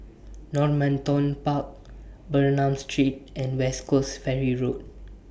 Normanton Park Bernam Street and West Coast Ferry Road